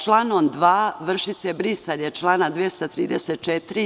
Članom 2. vrši se brisanje člana 234.